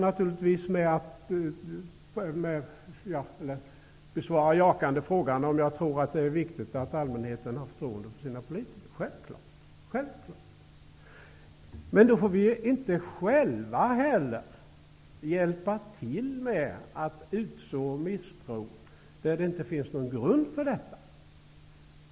Naturligtvis besvarar jag jakande frågan om jag tror att det är viktigt att allmänheten har förtroende för sina politiker -- självklart! Men då får vi ju inte själva hjälpa till med att utså misstro där det inte finns någon grund för detta.